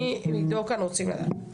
אני ועידו כאן רוצים לדעת.